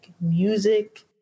music